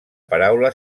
paraula